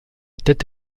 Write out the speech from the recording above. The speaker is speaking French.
tête